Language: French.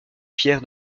fier